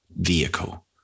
vehicle